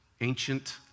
ancient